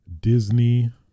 Disney